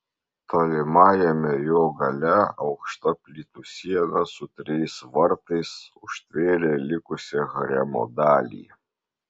tolimajame jo gale aukšta plytų siena su trejais vartais užtvėrė likusią haremo dalį